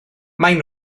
maen